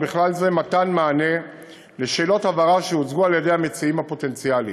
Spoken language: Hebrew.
ובכלל זה מתן מענה על שאלות הבהרה שהוצגו על-ידי המציעים הפוטנציאליים.